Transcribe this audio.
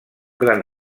gran